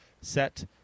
set